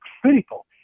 critical